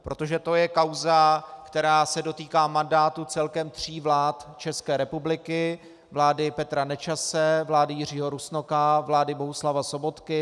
Protože to je kauza, která se dotýká mandátu celkem tří vlád České republiky vlády Petra Nečase, vlády Jiřího Rusnoka, vlády Bohuslava Sobotky.